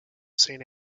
saint